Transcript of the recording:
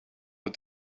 but